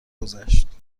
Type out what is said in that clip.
گذشت